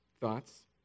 thoughts